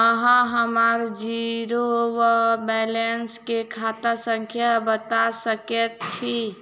अहाँ हम्मर जीरो वा बैलेंस केँ खाता संख्या बता सकैत छी?